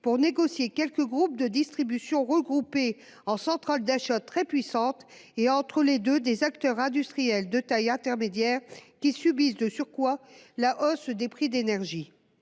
pour négocier, quelques groupes de distribution regroupés en centrales d'achat très puissantes et, entre les deux, des acteurs industriels de taille intermédiaire qui subissent de surcroît la hausse des prix de l'énergie